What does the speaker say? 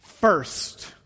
first